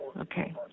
Okay